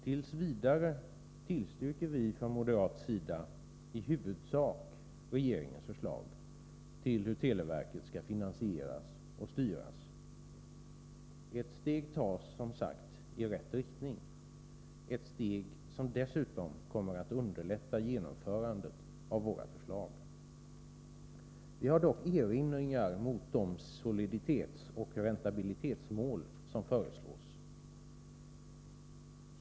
T. v. tillstyrker vi från moderat sida i huvudsak regeringens förslag till hur televerket skall finansieras och styras. Ett steg tas, som sagt, i rätt riktning, ett steg som dessutom kommer att underlätta genomförandet av våra förslag. Vi har dock erinringar mot de soliditetsoch räntabilitetsmål som föreslås.